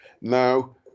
Now